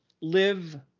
live